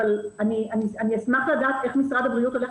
אבל אני אשמח לדעת איך משרד הבריאות הולך